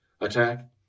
attack